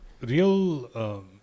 real